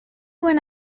when